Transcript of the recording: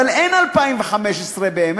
אבל אין 2015 באמת.